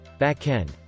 Backend